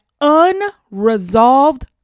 unresolved